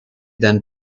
then